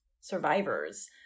survivors